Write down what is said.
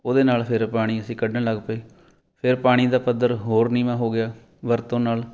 ਉਹਦੇ ਨਾਲ ਫਿਰ ਪਾਣੀ ਅਸੀਂ ਕੱਢਣ ਲੱਗ ਪਏ ਫਿਰ ਪਾਣੀ ਦਾ ਪੱਧਰ ਹੋਰ ਨੀਵਾਂ ਹੋ ਗਿਆ ਵਰਤੋਂ ਨਾਲ